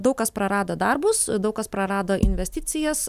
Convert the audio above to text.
daug kas prarado darbus daug kas prarado investicijas